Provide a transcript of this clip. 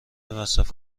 مصرف